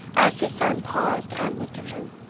as his son paused and looked at him.